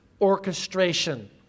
orchestration